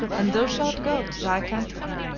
and thou shalt go to thy country.